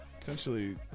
Essentially